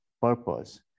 purpose